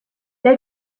they